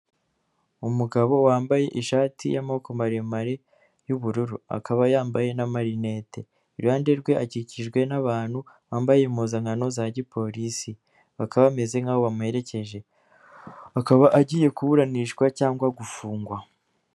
Umugabo wambaye ishati y'amaboko maremare, y'ubururu. Akaba yambaye amarinete, iruhande rwe akikijwe n'abantu bambaye impuzankano za gipolisi, bakaba bameze nk'aho bamuherekeje, akaba agiye kuburanishwa cyangwa gufungwa.